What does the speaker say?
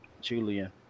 Julian